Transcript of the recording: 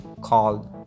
called